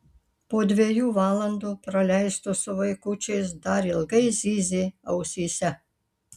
po dviejų valandų praleistų su vaikučiais dar ilgai zyzė ausyse